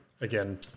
again